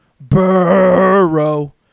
Burrow